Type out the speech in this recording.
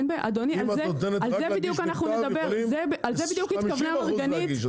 אם את נותנת רק להגיש מכתב יכולים 50% להגיש.